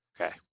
Okay